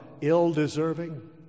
ill-deserving